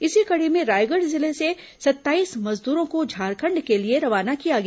इसी कड़ी में रायगढ़ जिले से सत्ताईस मजदूरों को झारखंड के लिए रवाना किया गया